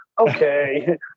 okay